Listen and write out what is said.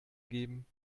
geben